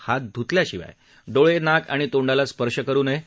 हात धुतल्याशिवाय डोळे नाक आणि तोंडाला स्पर्श करु नये